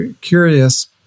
curious